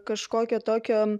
kažkokio tokio